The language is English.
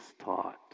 taught